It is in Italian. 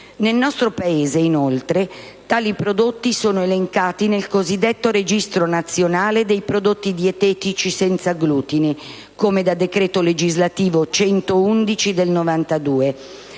Nel nostro Paese, inoltre, tali prodotti sono elencati nel cosiddetto registro nazionale dei prodotti dietetici senza glutine (come da decreto legislativo n. 111 del 1992)